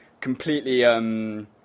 completely